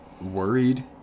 worried